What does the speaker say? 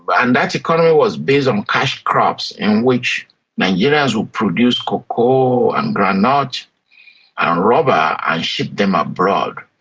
but and that economy was based on cash crops in which nigerians would produce cocoa and groundnuts ah and rubber and ship them abroad.